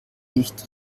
nicht